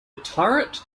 turret